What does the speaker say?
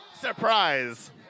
Surprise